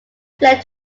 fled